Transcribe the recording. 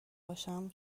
باشم